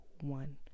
one